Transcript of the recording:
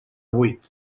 vuit